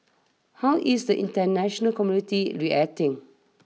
how is the international community reacting